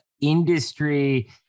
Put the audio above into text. industry